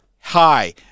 hi